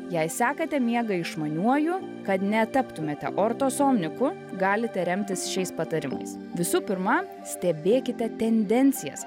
jei sekate miegą išmaniuoju kad netaptumėte ortosomniku galite remtis šiais patarimais visų pirma stebėkite tendencijas